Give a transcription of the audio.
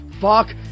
Fuck